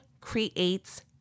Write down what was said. creates